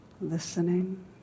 Listening